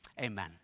Amen